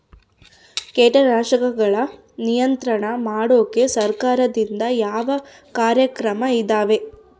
ಕೇಟನಾಶಕಗಳ ನಿಯಂತ್ರಣ ಮಾಡೋಕೆ ಸರಕಾರದಿಂದ ಯಾವ ಕಾರ್ಯಕ್ರಮ ಇದಾವ?